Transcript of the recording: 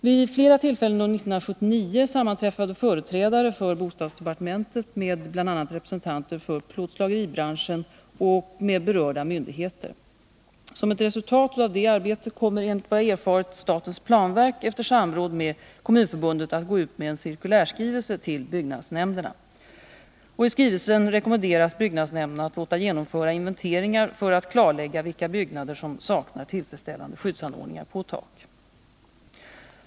Vid flera tillfällen under 2r 1979 sammanträffade företrädare för bostadsdepartementet med bl.a. representanter för plåtslageribranschen och med berörda myndigheter. Som ett resultat av detta arbete kommer enligt vad jag erfarit statens planverk efter samråd med kommunförbundet att gå ut med en cirkulärskrivelse till byggnadsnämnderna. I skrivelsen rekommenderas byggnadsnämnderna att låta genomföra inventeringar för att klarlägga vilka byggnader som saknar tillfredsställande skyddsanordningar på tak.